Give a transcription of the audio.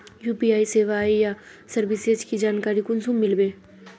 UPI सेवाएँ या services की जानकारी कुंसम मिलबे?